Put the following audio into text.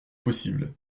possibles